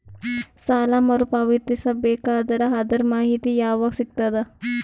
ಸಾಲ ಮರು ಪಾವತಿಸಬೇಕಾದರ ಅದರ್ ಮಾಹಿತಿ ಯವಾಗ ಸಿಗತದ?